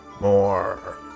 More